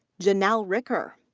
janelle ricker.